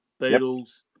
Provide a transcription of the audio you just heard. Beatles